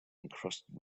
encrusted